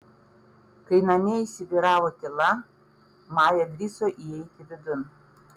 kai namie įsivyravo tyla maja drįso įeiti vidun